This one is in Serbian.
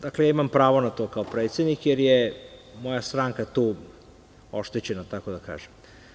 Dakle, ja imam pravo na to kao predsednik jer je moja stranka tu oštećena, tako da kažem.